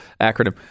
acronym